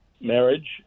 marriage